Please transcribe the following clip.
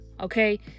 okay